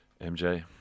MJ